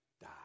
die